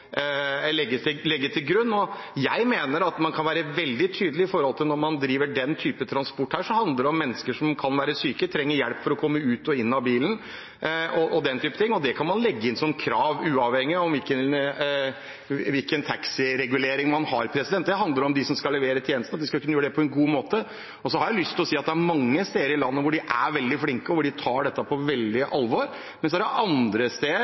kan være veldig tydelig, for når man driver den type transport, så handler det om mennesker som kan være syke, og som trenger hjelp for å komme ut og inn av bilen og den type ting. Det kan man legge inn som et krav, uavhengig av hvilken taxiregulering man har. Det handler om dem som skal levere tjenestene, at de skal kunne gjøre det på en god måte. Så har jeg lyst til å si at det er mange steder i landet hvor de er veldig flinke, og hvor de tar dette på stort alvor, mens man andre steder